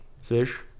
fish